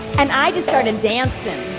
and i just started dancing